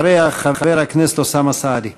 אחריה, חבר הכנסת אוסאמה סעדי.